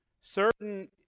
Certain